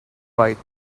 right